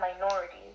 minorities